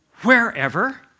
wherever